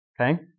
Okay